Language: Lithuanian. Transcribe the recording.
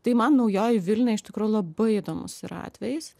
tai man naujoji vilnia iš tikro labai įdomus yra atvejis